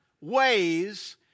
ways